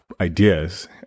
ideas